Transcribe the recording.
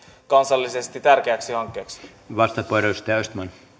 kansallisesti tärkeäksi hankkeeksi